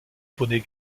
poneys